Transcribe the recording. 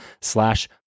slash